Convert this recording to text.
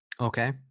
Okay